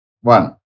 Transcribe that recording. one